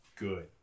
good